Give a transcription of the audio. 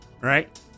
right